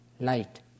light